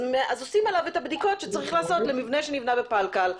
עושים עליו את הבדיקות שצריך לעשות למבנה שנבנה בפלקל.